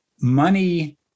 money